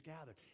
gathered